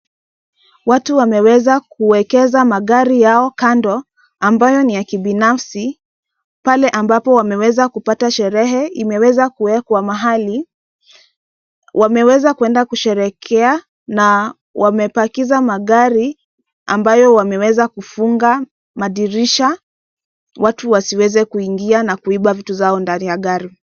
Watu wameweza kuwekeza magari yao kando ambayo ni ya kibinafsi pale ambapo wameweza kupata sherehe imeweza kuwekwa mahali. Wameweza kwenda kusherehekea na wamepakiza magari ambayo wameweza kufunga madirisha watu wasiweze kuingia na kuiba vitu zao ndani ya gari.